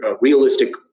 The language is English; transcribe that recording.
realistic